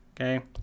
Okay